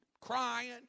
crying